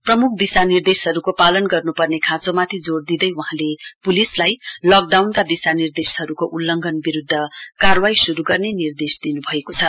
प्रमुख दिशानिर्देशहरुको पालन गर्नपर्ने खाँचोमाथि जोड़ दिँदै वहाँले पुलिसलाई लकडाउनका दिसानिर्देशहरुको उल्लंघन विरुध्द कारवाई शुरु गर्ने निर्देश दिनुभएको छ